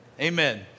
Amen